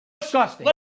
disgusting